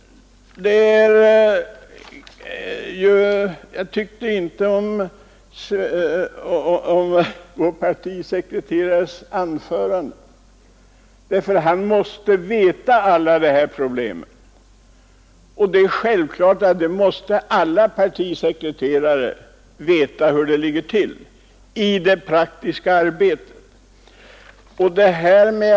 Jag tyckte inte om vår partisekreterares anförande. Han måste ju känna till alla dessa problem. Det är självklart, att alla partisekreterare måste veta hur det ligger till i det praktiska arbetet.